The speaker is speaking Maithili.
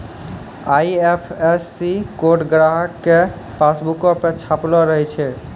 आई.एफ.एस.सी कोड ग्राहको के पासबुको पे छपलो रहै छै